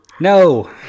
No